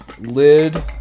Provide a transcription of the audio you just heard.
lid